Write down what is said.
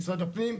כמו משרד הפנים,